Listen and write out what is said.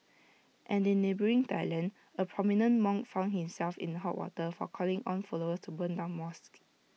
and in neighbouring Thailand A prominent monk found himself in A hot water for calling on followers to burn down mosques